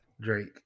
Drake